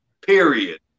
Period